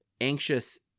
anxious